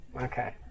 Okay